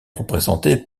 représentée